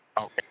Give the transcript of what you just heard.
Okay